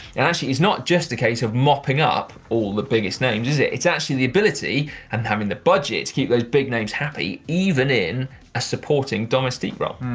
and actually, it's not just a case of mopping up all the biggest names, is it? it's actually the ability, and having the budget, keep those big names happy even in a supporting domestique role.